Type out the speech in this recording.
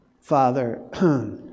Father